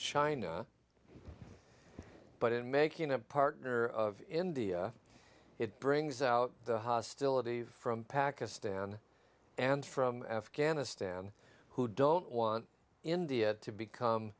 china but in making a partner of india it brings out the hostility from pakistan and from afghanistan who don't want india to become